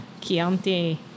Chianti